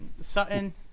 sutton